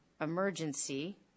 emergency